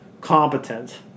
competent